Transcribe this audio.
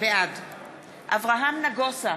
בעד אברהם נגוסה,